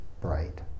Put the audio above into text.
bright